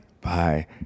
bye